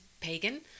pagan